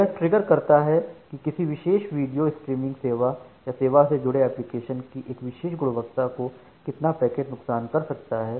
यह ट्रिगर करता है कि किसी विशेष वीडियो स्ट्रीमिंग सेवा या सेवा से जुड़े एप्लिकेशन की एक विशेष गुणवत्ता को कितना पैकेट नुकसान कर सकता है